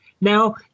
Now